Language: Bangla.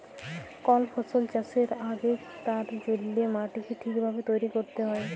কল ফসল চাষের আগেক তার জল্যে মাটিকে ঠিক ভাবে তৈরী ক্যরতে হ্যয়